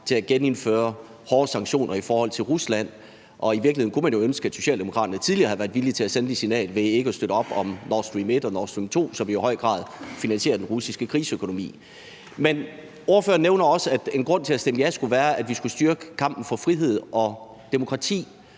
og genindføre hårde sanktioner i forhold til Rusland? I virkeligheden kunne man jo ønske, at Socialdemokraterne tidligere havde været villige til at sende et signal ved ikke at støtte op om Nord Stream 1 og Nord Stream 2, som jo i høj grad finansierer den russiske krigsøkonomi. Ordføreren nævner også, at en grund til at stemme ja skulle være, at vi skulle styrke kampen for frihed og demokrati.